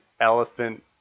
elephant